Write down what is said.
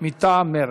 מטעם מרצ.